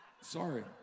sorry